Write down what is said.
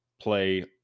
play